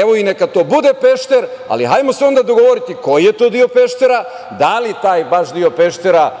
evo, neka to i bude Pešter, ali hajmo se onda dogovoriti koji je to deo Peštera, da li taj baš deo Peštera